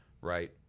right